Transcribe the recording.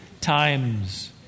times